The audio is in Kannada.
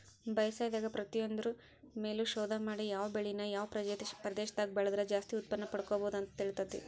ಬೇಸಾಯದಾಗ ಪ್ರತಿಯೊಂದ್ರು ಮೇಲು ಶೋಧ ಮಾಡಿ ಯಾವ ಬೆಳಿನ ಯಾವ ಪ್ರದೇಶದಾಗ ಬೆಳದ್ರ ಜಾಸ್ತಿ ಉತ್ಪನ್ನಪಡ್ಕೋಬೋದು ಅಂತ ತಿಳಿತೇತಿ